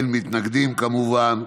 אין מתנגדים, כמובן.